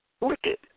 wicked